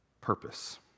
purpose